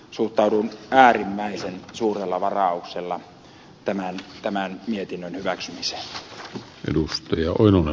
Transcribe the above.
suhtaudun äärimmäisen suurella varauksella tämän mietinnön hyväksymiseen